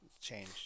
change